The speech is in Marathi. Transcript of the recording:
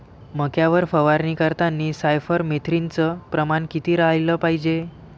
मक्यावर फवारनी करतांनी सायफर मेथ्रीनचं प्रमान किती रायलं पायजे?